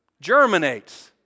Germinates